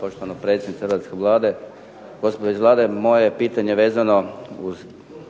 poštovana predsjednice hrvatske Vlade, gospodo iz Vlade. Moje je pitanje vezano uz